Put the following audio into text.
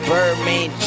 Birdman